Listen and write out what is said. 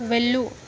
వెళ్ళు